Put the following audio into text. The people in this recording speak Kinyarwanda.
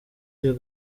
iyo